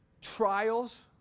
trials